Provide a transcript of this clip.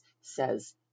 says